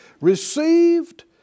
received